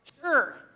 Sure